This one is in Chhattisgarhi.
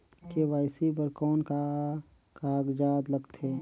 के.वाई.सी बर कौन का कागजात लगथे?